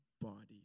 body